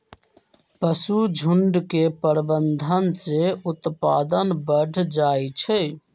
पशुझुण्ड के प्रबंधन से उत्पादन बढ़ जाइ छइ